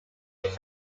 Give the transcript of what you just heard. rooms